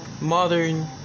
modern